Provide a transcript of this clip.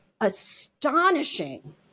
astonishing